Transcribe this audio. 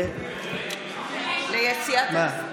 רגע, רגע.